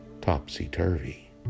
topsy-turvy